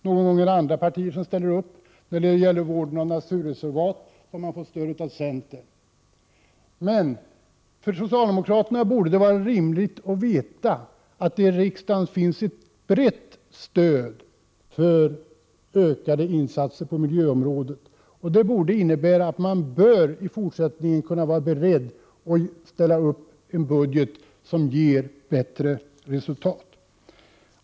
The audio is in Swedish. Någon gång är det andra partier som ställer upp; i fråga om vården av naturreservat har socialdemokraterna fått stöd av centern. Det borde vara rimligt att socialdemokraterna vet att det i riksdagen finns ett brett stöd för ökade insatser på miljöområdet, och det borde innebära att de i fortsättningen kan vara beredda att ställa upp en budget som ger bättre resultat.